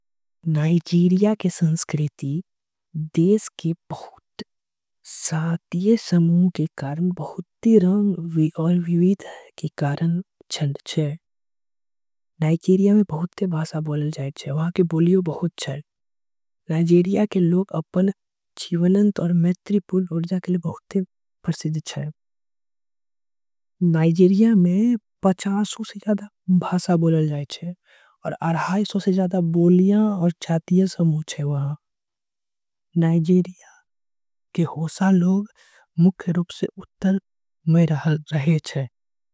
नाइजीरिया के संस्कृति बहुते रंग विविध छे। नाइजीरिया में बहुत भाषा बोलल जाय छे। नाइजीरिया के लोग अपन संस्कृति के। कारण बहुत प्रसिद्ध छे ईहा बहुये भाषा। बोलल जाय छे मुख्य रूप से उत्तर में रहे छे।